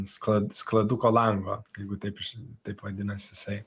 skla skladuko lango jeigu taip aš taip vadinasi jisai